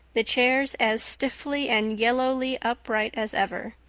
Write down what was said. the chairs as stiffly and yellowly upright as ever.